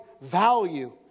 value